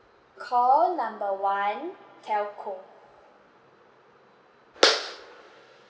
call number one telco